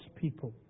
people